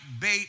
bait